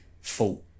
fault